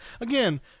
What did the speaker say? again